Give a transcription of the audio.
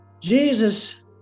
jesus